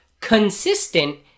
consistent